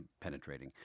penetrating